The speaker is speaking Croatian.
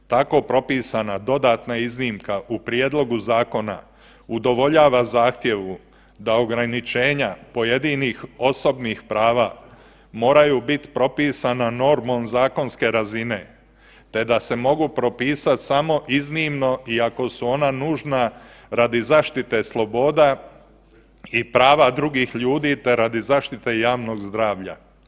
Tako propisana dodatna iznimka u prijedlogu zakona udovoljava zahtjevu da ograničenja pojedinih osobnih prava moraju biti propisana normom zakonske razine te da se mogu propisati samo iznimno i ako su ona nužna radi zaštite sloboda i prava drugih ljudi te radi zaštite javnog zdravlja.